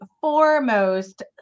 foremost